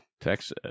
Texas